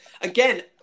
Again